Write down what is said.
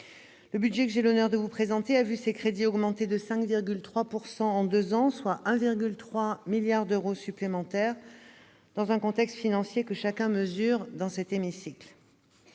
Le budget que j'ai l'honneur de vous présenter a vu ses crédits augmenter de 5,3 % en deux ans, soit 1,3 milliard d'euros supplémentaires, dans un contexte financier que chacun mesure dans cet hémicycle.